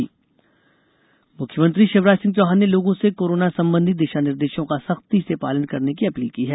राज्य कोरोना मुख्यमंत्री शिवराज सिंह चौहान ने लोगों से कोरोना संबंधी दिशा निर्देशों का सख्ती से पालन करने की अपील की है